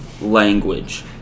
language